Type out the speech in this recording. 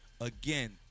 again